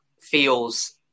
feels